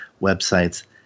websites